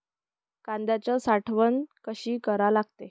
कांद्याची साठवन कसी करा लागते?